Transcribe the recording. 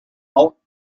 out